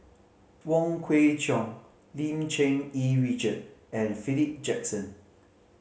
Wong Kwei Cheong Lim Cherng Yih Richard and Philip Jackson